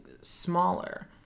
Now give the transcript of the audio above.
smaller